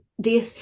death